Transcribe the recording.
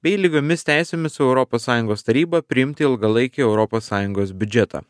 bei lygiomis teisėmis su europos sąjungos taryba priimti ilgalaikį europos sąjungos biudžetą